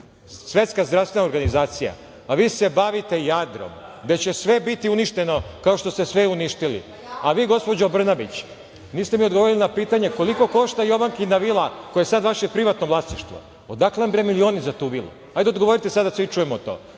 Svetska zdravstvena organizacija, a vi se bavite Jadrom, gde će sve biti uništeno kao što ste sve i uništili.A vi gospođo Brnabić, niste mi odgovorili na pitanje, koliko košta Jovankina vila koja je sada vaše privatno vlasništvo? Odakle vam bre milioni za tu vilu? Hajde, odgovorite sada da svi čujemo to.